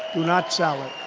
not sell it.